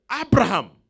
Abraham